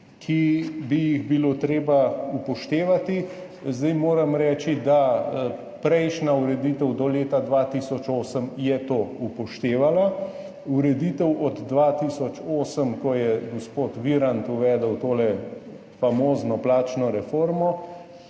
ki bi jih bilo treba upoštevati. Moram reči, da je prejšnja ureditev do leta 2008 to upoštevala. V ureditvi od 2008, ko je gospod Virant uvedel tole famozno plačno reformo,